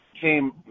came